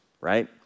right